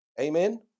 Amen